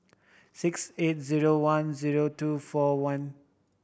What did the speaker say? six eight zero one zero two four one